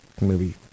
movie